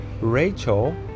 Rachel